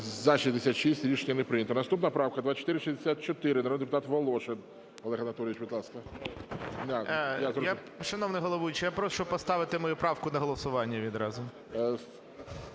За-66 Рішення не прийнято. Наступна правка - 2464, народний депутат Волошин Олег Анатолійович. Будь ласка. 13:25:00 ВОЛОШИН О.А. Шановний головуючий, я прошу поставити мою правку на голосування відразу.